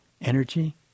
energy